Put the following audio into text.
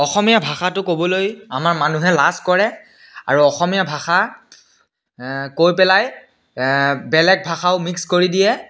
অসমীয়া ভাষাটো ক'বলৈ আমাৰ মানুহে লাজ কৰে আৰু অসমীয়া ভাষা কৈ পেলাই বেলেগ ভাষাও মিক্স কৰি দিয়ে